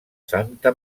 santa